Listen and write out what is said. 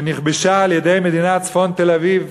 שנכבשה על-ידי מדינת צפון תל-אביב,